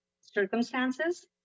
circumstances